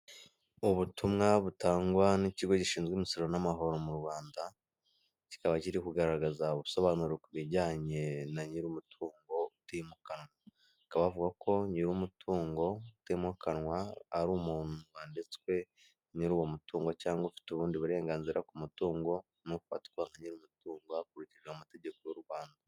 Ubutumwa butangwa n'ikigo gishinzwe imisoro n'amahoro mu Rwanda, kikaba kiri kugaragaza ubusobanuro ku bijyanye na nyir'umutungo utimukanwa akabavuga, hakaba havuga ko nyir'umutungo utimukanwa ari umuntu wanditswe, nyir'uwo mutungo cyangwa ufite ubundi burenganzira ku mutungo, n'ufatwa nyir'umutungo hakurikijwe amategeko y'u Rwanda.